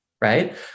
right